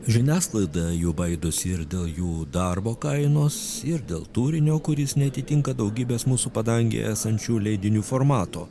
žiniasklaida jų baidosi ir dėl jų darbo kainos ir dėl turinio kuris neatitinka daugybės mūsų padangėje esančių leidinių formato